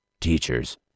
teachers